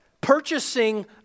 purchasing